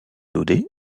daudet